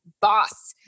boss